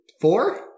four